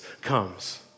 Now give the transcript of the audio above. comes